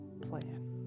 plan